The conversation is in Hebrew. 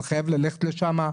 אני חייב ללכת לשם.